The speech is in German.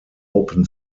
open